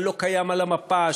הלא-קיים על המפה,